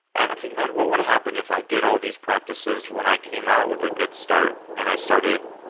i think, man what would happen if i did all these practices when i came out with a good start and i started,